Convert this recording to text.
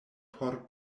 por